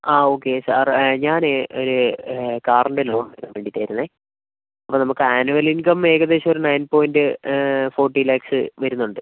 ആ okay sir ഞാന് ഒരു കാറിൻറെ ലോൺ എടുക്കാൻ വേണ്ടീട്ടാരുന്നേ അപ്പം നമുക്ക് ആനുവൽ ഇൻകം ഏകദേശം ഒരു നയൻ പോയിൻറ് ഫോർട്ടി ലാഖ്സ് വരുന്നുണ്ട്